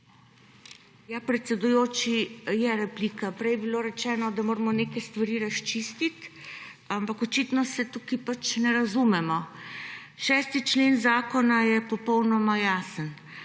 Predsedujoči, je replika. Prej je bilo rečeno, da moramo neke stvari razčistiti, ampak očitno se tukaj pač ne razumemo. 6. člen zakona je popolnoma jasen: